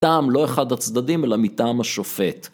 מטעם לא אחד הצדדים אלא מטעם השופט